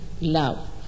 love